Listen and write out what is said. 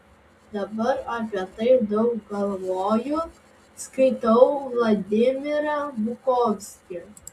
dabar apie tai daug galvoju skaitau vladimirą bukovskį